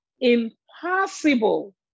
impossible